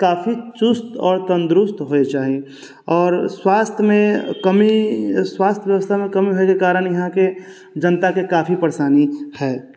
काफी चुस्त आओर तन्दरुस्त होइ चाही आओर स्वास्थ्यमे कमी स्वास्थ्य व्यवस्थामे कमी होय के कारण इहाँके जनताके काफी परेशानी हइ